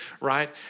right